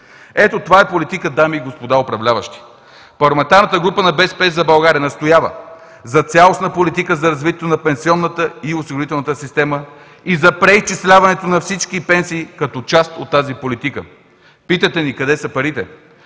Ето това е политика, дами и господа управляващи. Парламентарната група на „БСП за България“ настоява за цялостна политика за развитието на пенсионната и осигурителната система и за преизчисляването на всички пенсии като част от тази политика. Питате ни: къде са парите?